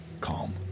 calm